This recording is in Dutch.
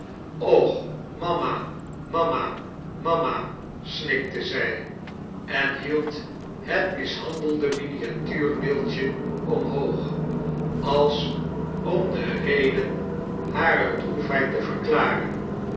och mama mama mama snikte zy en hield het mishandelde miniatuurbeeldje omhoog als om de reden harer droefheid te verklaren